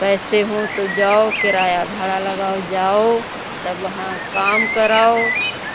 पैसे हों तो जाओ किराया भाड़ा लगाओ जाओ तब वहाँ काम कराओ